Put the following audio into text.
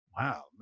wow